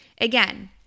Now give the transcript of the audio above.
Again